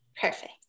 Perfect